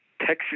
Texas